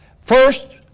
First